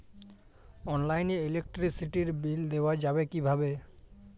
অনলাইনে ইলেকট্রিসিটির বিল দেওয়া যাবে কিভাবে?